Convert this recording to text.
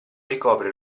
ricopre